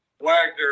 Wagner